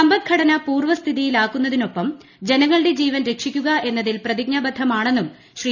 സമ്പദ്ഘടന പൂർവ്വസ്ഥിതിയിലാക്കുന്നതിനൊപ്പം ജനങ്ങളുടെ ജീവൻ രക്ഷിക്കുക എന്നതിൽ പ്രതിജ്ഞാബദ്ധമാണെന്നും ശ്രീ